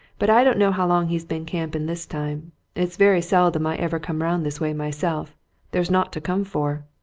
but i don't know how long he's been camping this time it's very seldom i ever come round this way myself there's naught to come for.